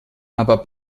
aber